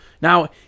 Now